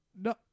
No